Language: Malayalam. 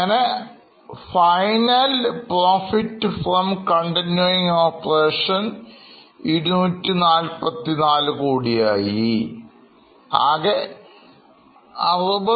അങ്ങനെ final profit from continuing operations 241 കോടി കണ്ടു പറഞ്ഞു